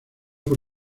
por